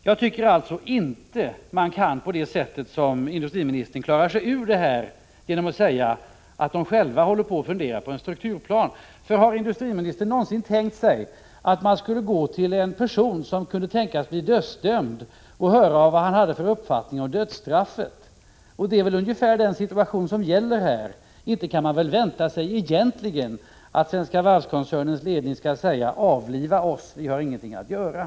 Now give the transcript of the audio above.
Jag tycker inte att man kan klara sig ur denna diskussion på det sätt som industriministern försöker göra när han säger att Svenska Varv självt funderar på en strukturplan. Har industriministern någonsin tänkt sig att man skulle gå till en person som kan bli dömd till döden och höra vad han har för uppfattning om dödsstraffet? Det är ungefär den situation som här råder. Inte kan man väl egentligen vänta sig att Svenska Varv-koncernens ledning skall säga: Avliva oss, för vi har inget att göra?